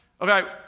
Okay